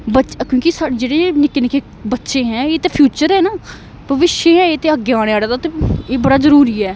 बच्च क्योंकि साढ़े जेह्ड़े निक्के निक्के बच्चे ह एह् ते फ्यूचर ऐ ना भविष्य ऐ एह् ते अग्गें आने आह्लड़े दा ते एह् बड़ा जरूरी ऐ